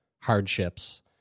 hardships